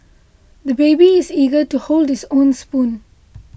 the baby is eager to hold his own spoon